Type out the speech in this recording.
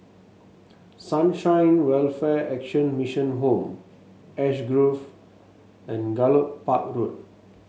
Sunshine Welfare Action Mission Home Ash Grove and Gallop Park Road